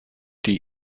die